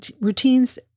routines